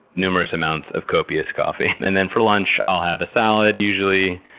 numerous amounts of copious coffee. and then for lunch i'll have a salad, usually,